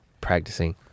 practicing